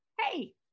Hey